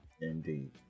Indeed